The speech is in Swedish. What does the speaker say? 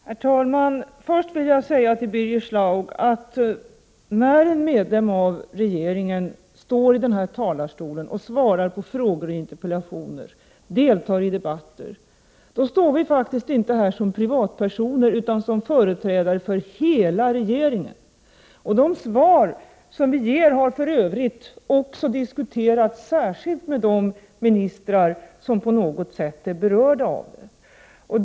Herr talman! Först vill jag säga till Birger Schlaug att när någon av oss som är medlemmar av regeringen står här i talarstolen och svarar på frågor och interpellationer och deltar i debatter, gör vi faktiskt inte det som privatpersoner utan som företrädare för hela regeringen. De svar som vi ger har för övrigt också diskuterats särskilt med de ministrar som på något sätt berörs.